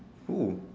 who